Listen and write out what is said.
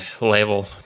level